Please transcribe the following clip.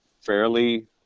fairly